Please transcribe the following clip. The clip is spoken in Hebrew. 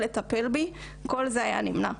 מטפל בי - כל זה היה נמנע.